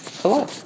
Hello